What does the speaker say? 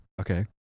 Okay